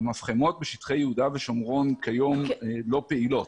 המפחמות בשטחי יהודה ושומרון כיום לא פעילות.